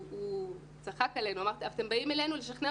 הוא צחק עלינו ואמר שאנחנו באים לשכנע